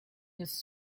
his